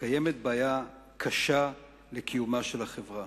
חס וחלילה, קיימת בעיה קשה לקיומה של החברה.